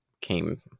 came